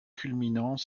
culminant